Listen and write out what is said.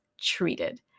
treated